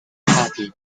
happy